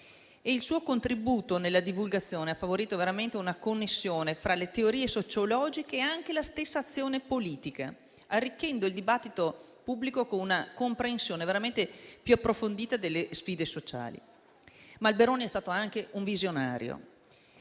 Il suo contributo nella divulgazione ha favorito una connessione tra le teorie sociologiche e la stessa azione politica, arricchendo il dibattito pubblico con una comprensione più approfondita delle sfide sociali. Alberoni è stato anche un visionario.